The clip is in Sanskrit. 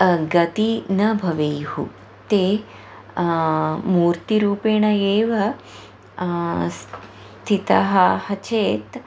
गतिः न भवेयुः ते मूर्तिरूपेण एव स्थिताः चेत्